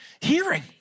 hearing